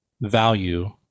value